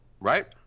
Right